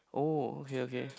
oh okay okay